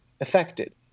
affected